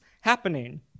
happening